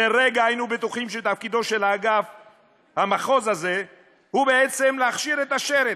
לרגע היינו בטוחים שתפקידו של המחוז הזה הוא בעצם להכשיר את השרץ.